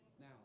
Now